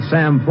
Sam